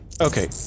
Okay